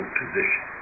position